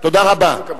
תודה רבה.